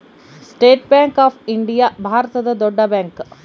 state bank of India ಭಾರತದ ದೊಡ್ಡ bank